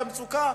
במצוקה,